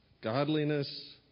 godliness